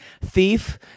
thief